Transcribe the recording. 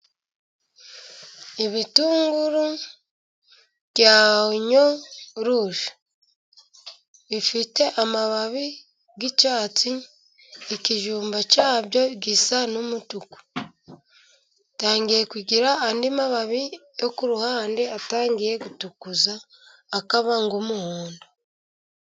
Ibitunguru bya onyo ruje bifite amababi y'icyatsi ,ikijumba cyabyo gisa n'umutuku, gitangiye kugira andi mababi yo ku ruhande atangiye gutukura akaba nk'umuhondo.